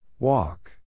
Walk